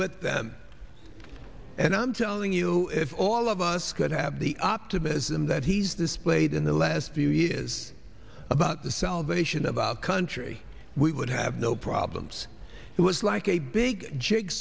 with them and i'm telling you if all of us could have the optimism that he's this played in the last few years about the salvation of our country we would have no problems it was like a big j